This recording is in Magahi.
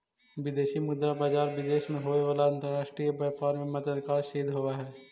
विदेशी मुद्रा बाजार विदेश से होवे वाला अंतरराष्ट्रीय व्यापार में मददगार सिद्ध होवऽ हइ